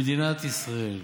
במדינת ישראל,